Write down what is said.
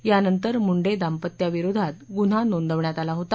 यानंतर मुंडे दांपत्याविरोधात गुन्हा नोंदवण्यात आला होता